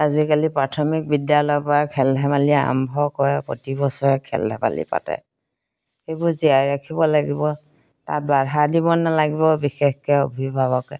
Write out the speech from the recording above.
আজিকালি প্ৰাথমিক বিদ্যালয়ৰ পৰা খেল ধেমালি আৰম্ভ কৰে প্ৰতি বছৰে খেল ধেমালি পাতে সেইবোৰ জীয়াই ৰাখিব লাগিব তাত বাধা দিব নালাগিব বিশেষকৈ অভিভাৱকে